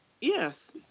Yes